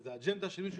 וזו אג'נדה של מישהו,